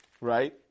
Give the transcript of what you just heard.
Right